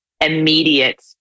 immediate